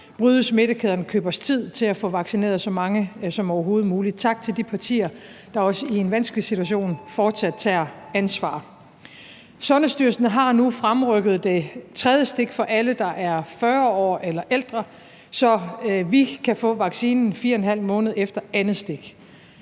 bryde smittekæderne og købe os tid til at få vaccineret så mange som overhovedet muligt. Tak til de partier, der også i en vanskelig situation fortsat tager ansvar. Sundhedsstyrelsen har nu fremrykket tidspunktet for det tredje stik for alle, der er 40 år eller ældre, så vi kan få vaccinen 4½ måned efter andet stik,